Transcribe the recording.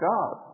God